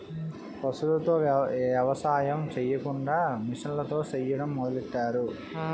పశువులతో ఎవసాయం సెయ్యకుండా మిసన్లతో సెయ్యడం మొదలెట్టారు